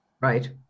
Right